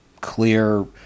clear